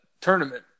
tournament